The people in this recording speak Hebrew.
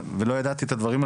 ולא ידעתי את הדברים,